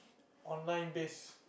online base